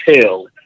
tell